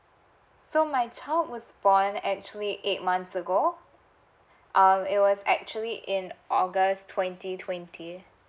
so my child was born actually eight months ago um it was actually in august twenty twenty